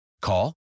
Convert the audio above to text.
Call